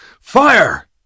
Fire